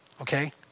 Okay